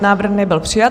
Návrh nebyl přijat.